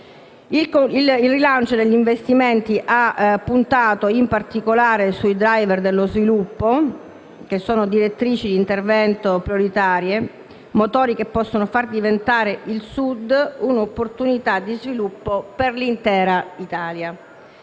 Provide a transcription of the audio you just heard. Il rilancio degli investimenti ha puntato in particolare sui *driver* dello sviluppo, che sono direttrici d'intervento prioritarie, motori che possono far diventare il Sud un'opportunità di sviluppo per l'Italia